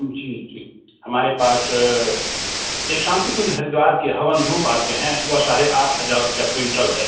जी जी हमारे पास एक शांतिकुंज हरिद्वार के हवन धूप आते हैं वह साढ़े आठ हज़ार रुपये क्विंटल है